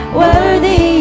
worthy